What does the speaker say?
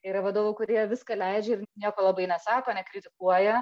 yra vadovų kurie viską leidžia ir nieko labai nesako nekritikuoja